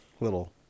little